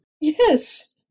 Yes